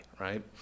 right